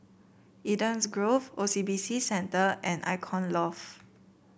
Eden's Grove O C B C Centre and Icon Loft